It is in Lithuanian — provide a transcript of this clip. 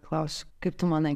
klausiu kaip tu manai